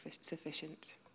sufficient